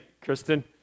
Kristen